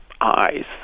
eyes